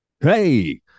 Hey